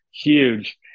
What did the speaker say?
huge